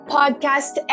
podcast